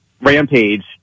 rampage